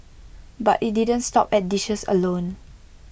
but IT didn't stop at dishes alone